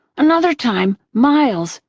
another time miles,